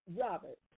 Robert